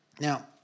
Now